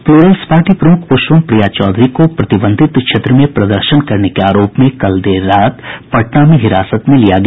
Plurals party प्रमुख पुष्पम प्रिया चौधरी को प्रतिबंधित क्षेत्र में प्रदर्शन करने के आरोप में कल देर रात पटना में हिरासत में लिया गया